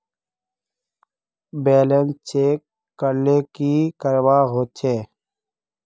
Balance check करले की करवा होचे?